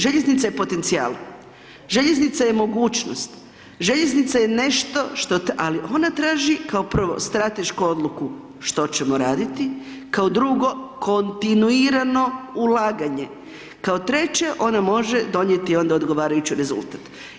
Željeznica je potencijal, željeznica je mogućnost, željeznica je nešto što, ali ona traži kao prvo stratešku odluku što ćemo raditi, kao drugo kontinuirano ulaganje, kao treće ona može donijeti onda odgovarajući rezultat.